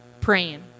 praying